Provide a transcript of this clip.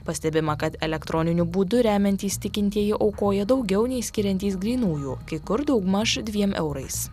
pastebima kad elektroniniu būdu remiantys tikintieji aukoja daugiau nei skiriantys grynųjų kai kur daugmaž dviem eurais